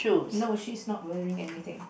no she's not wearing anything